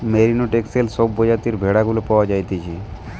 merino, Texel সব প্রজাতির ভেড়া গুলা পাওয়া যাইতেছে